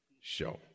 show